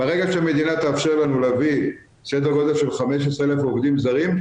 ברגע שהמדינה תאפשר לנו להביא סדר גודל של 15,000 עובדים זרים,